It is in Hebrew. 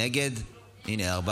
נא לרדת.